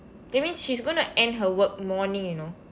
that means she's going to end her work morning you know